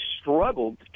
struggled